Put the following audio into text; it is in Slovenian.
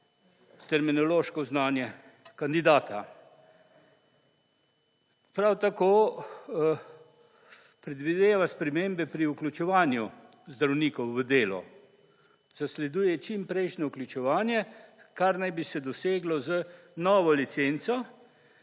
terminološko znanje kandidata. Prav tako predvideva spremembe pri vključevanju zdravnikov v delu. Zasleduje čimprejšnje vključevanje, kar naj bi se doseglo z novo licenco,